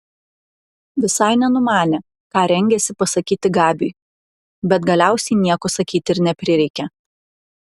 visai nenumanė ką rengiasi pasakyti gabiui bet galiausiai nieko sakyti ir neprireikė